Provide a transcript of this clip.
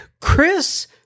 chris